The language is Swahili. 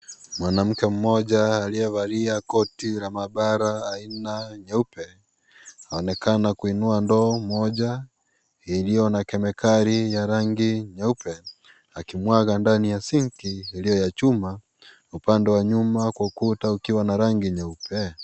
Mwanamke mmoja aliyevalia koti la maabara aina nyeupe, aonekana kuinua ndoo moja iliyo na kemikali ya rangi nyeupe akimwaga ndani ya sinki iliyo ya chuma, upande wa nyuma kwa ukuta ukiwa na rangi nyeupe.